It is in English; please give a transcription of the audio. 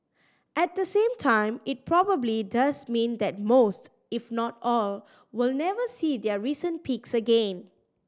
at the same time it probably does mean that most if not all will never see their recent peaks again